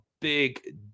big